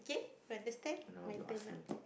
okay you understand my turn ah